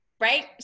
right